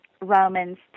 Romans